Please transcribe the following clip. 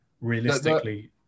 realistically